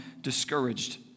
discouraged